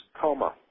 Coma